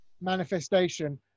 manifestation